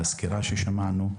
לסקירה ששמענו,